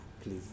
Please